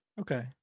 Okay